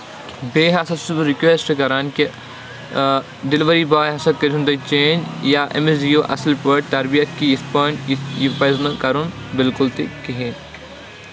بیٚیہِ ہسا چھُس بہٕ رکویسٹ کران کہِ ڈیلؤری بوے ہسا کٔرۍہُن تُہۍ چینج یا أمِس دِیو اَصٕل پٲٹھۍ تربِیت کہِ یِتھ پٲٹھۍ یہِ یہِ پَزِ نہٕ کَرُن بِلکُل تہِ کِہینۍ